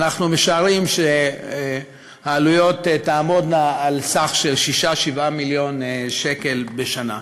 אנחנו משערים שהעלויות יהיו סך 7-6 מיליון שקל בשנה.